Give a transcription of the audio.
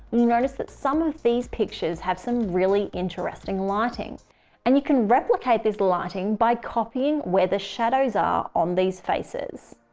you notice that some of these pictures have some really interesting lighting and you can replicate this lighting by copying where the shadows are on these faces.